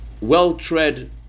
well-tread